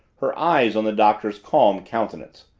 her eyes on the doctor's calm countenance,